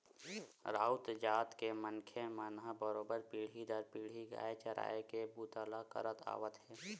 राउत जात के मनखे मन ह बरोबर पीढ़ी दर पीढ़ी गाय चराए के बूता ल करत आवत हे